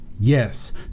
Yes